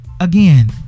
Again